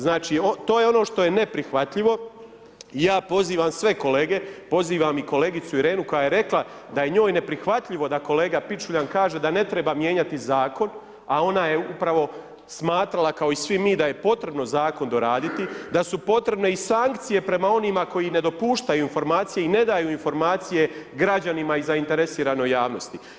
Znači to je ono što je neprihvatljivo i ja pozivam sve kolege, pozivam i kolegicu Irenu, koja je rekla, da je njoj neprihvatljivo, da kolega Pičuljan kaže, da ne treba mijenjati zakon, a ona je upravo smatrala kao i svi mi da je potrebno zakon doraditi da su potrebne i sankcije prema onima koji ne dopuštaju informacije i ne daju informacije građanima i zainteresiranoj javnosti.